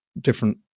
different